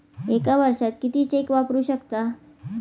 एका वर्षात किती चेक वापरू शकता?